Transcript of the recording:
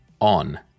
on